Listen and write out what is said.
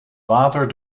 water